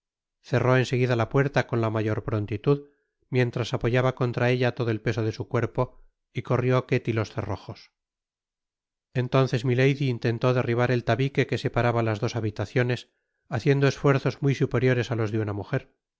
cerró en seguida la puerta con la mayor prontitud mientras apoyaba contra ella todo el peso de su cuerpo y corrió ketty los cerrojos entonces milady intentó derribar el tabique que separaba las dos habitaciones haciendo esfuerzos muy superiores á los de una mujer